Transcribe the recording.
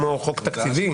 כמו חוק תקציבי,